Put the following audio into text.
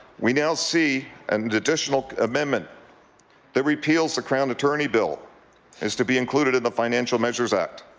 we now see an additional amendment that repeals the crown attorney bill is to be included in the financial measures act.